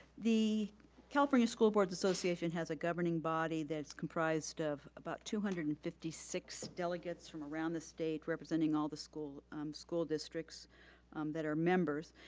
the california school boards association has a governing body that's comprised of about two hundred and fifty six delegates from around the state representing all the school school districts that are members.